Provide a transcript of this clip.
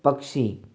पक्षी